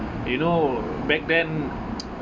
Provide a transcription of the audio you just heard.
you know back then